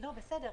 בסדר,